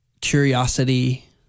curiosity